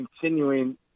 continuing